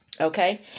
Okay